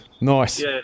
nice